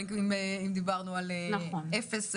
נכון.